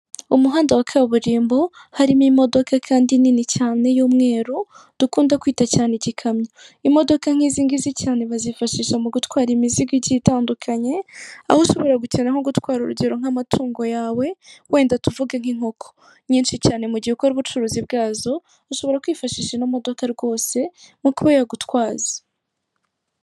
Umuhanda wa kaburimbo harimo imodoka kandi nini cyane y'umweru dukunda kwita cyane igikamyo, imodoka nk'izi ngizi cyane bazifashisha mu gutwara imizigo igiye itandukanye, aho ushobora gukenera nko gutwara urugero nk'amatungo yawe wenda tuvuge nk'inkoko nyinshi cyane mu gihe ukora ubucuruzi bwazo ushobora kwifashisha ino modoka rwose mu kuba yagutwaza.